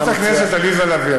חברת הכנסת עליזה לביא,